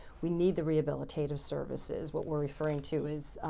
we need the rehabilitative services. what we're referring to is